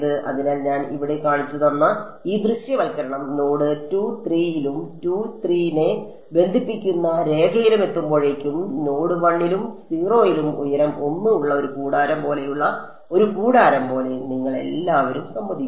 അതിനാൽ ഞാൻ ഇവിടെ കാണിച്ചുതന്ന ഈ ദൃശ്യവൽക്കരണം നോഡ് 2 3 ലും 2 3 നെ ബന്ധിപ്പിക്കുന്ന രേഖയിലും എത്തുമ്പോഴേക്കും നോഡ് 1 ലും 0 ലും ഉയരം 1 ഉള്ള ഒരു കൂടാരം പോലെയുള്ള ഒരു കൂടാരം പോലെ നിങ്ങൾ എല്ലാവരും സമ്മതിക്കുന്നു